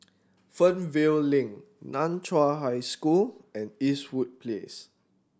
Fernvale Link Nan Chiau High School and Eastwood Place